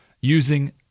using